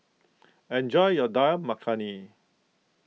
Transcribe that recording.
enjoy your Dal Makhani